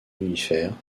mammifères